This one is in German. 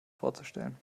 vorzustellen